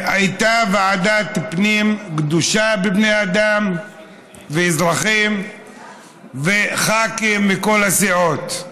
הייתה ועדת פנים גדושה בבני אדם ואזרחים וחברי כנסת מכל הסיעות.